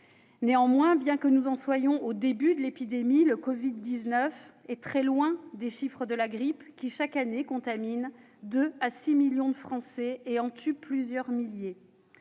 Néanmoins, bien que nous en soyons au début de l'épidémie, le bilan du Covid-19 est très loin de celui de la grippe, qui, chaque année, contamine 2 à 6 millions de Français et en tue plusieurs milliers.